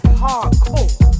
hardcore